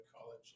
college